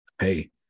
Hey